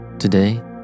Today